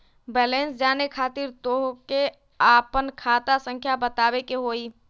Balance जाने खातिर तोह के आपन खाता संख्या बतावे के होइ?